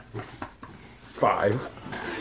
Five